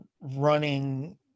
running